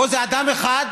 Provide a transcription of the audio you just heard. פה זה אדם אחד